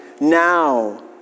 now